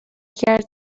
کرد